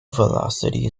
velocity